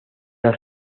las